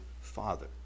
Father